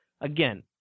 again